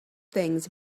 things